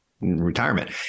retirement